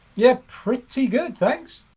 yeah, pretty good, thanks.